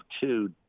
two